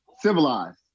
civilized